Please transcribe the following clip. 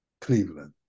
Cleveland